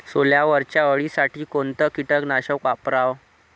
सोल्यावरच्या अळीसाठी कोनतं कीटकनाशक वापराव?